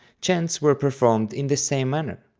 chants were performed in the same manner.